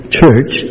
church